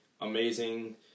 amazing